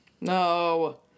No